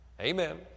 Amen